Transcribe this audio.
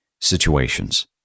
situations